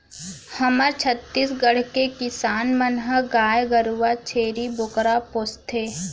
हमर छत्तीसगढ़ के किसान मन ह गाय गरूवा, छेरी बोकरा पोसथें